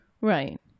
Right